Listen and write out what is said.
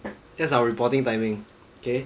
that's our reporting timing okay